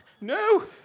No